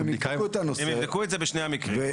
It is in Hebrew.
הם יבדקו את הנושא בשני המקרים.